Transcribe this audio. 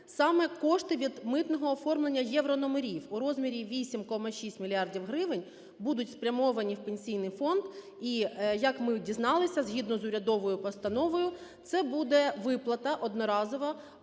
саме кошти від митного оформлення єврономерів у розмірі 8,6 мільярдів гривень будуть спрямовані в Пенсійний фонд. І, як ми дізналися, згідно з урядовою постановою, це буде виплата одноразова